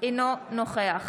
אינו נוכח